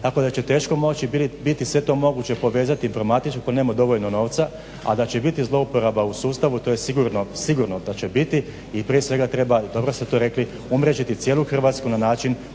tako da će teško moći biti sve to moguće povezati informatički ako nema dovoljno novca. A da će biti zlouporaba u sustavu to je sigurno da će biti. I prije svega treba, dobro ste tu rekli umrežiti cijelu Hrvatsku na način